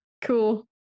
cool